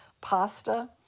pasta